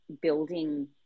building